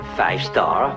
five-star